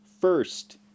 First